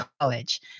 college